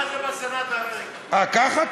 ככה זה בסנאט באמריקה, הא, ככה?